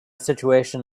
situation